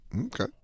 Okay